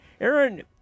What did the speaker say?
Aaron –